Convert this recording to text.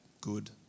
good